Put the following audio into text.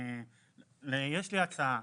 יש לי הצעה,